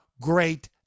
great